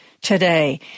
today